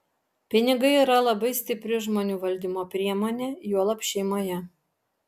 pinigai yra labai stipri žmonių valdymo priemonė juolab šeimoje